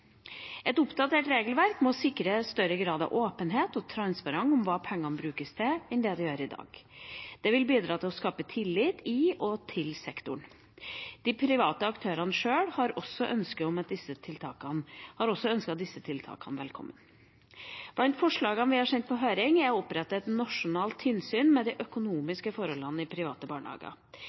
Et oppdatert regelverk må sikre større grad av åpenhet og transparens om hva pengene brukes til, enn det det gjør i dag. Det vil bidra til å skape tillit i og til sektoren. De private aktørene sjøl har også ønsket disse tiltakene velkommen. Blant forslagene vi har sendt på høring, er å opprette et nasjonalt tilsyn med de økonomiske forholdene i private barnehager.